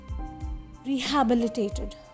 rehabilitated